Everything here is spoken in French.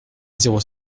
zéro